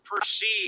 perceive